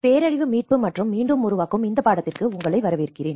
பேரழிவு மீட்பு மற்றும் மீண்டும் உருவாக்கும் இந்த பாடத்திற்கு உங்களை வரவேற்கிறேன்